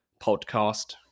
podcast